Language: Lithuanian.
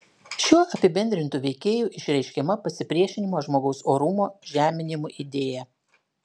šiuo apibendrintu veikėju išreiškiama pasipriešinimo žmogaus orumo žeminimui idėja